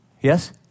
Yes